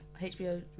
HBO